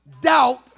doubt